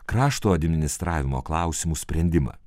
krašto administravimo klausimų sprendimą